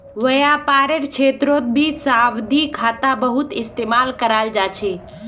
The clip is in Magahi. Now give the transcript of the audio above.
व्यापारेर क्षेत्रतभी सावधि खाता बहुत इस्तेमाल कराल जा छे